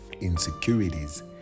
Insecurities